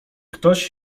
ktoś